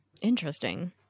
Interesting